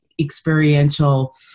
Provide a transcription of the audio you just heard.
experiential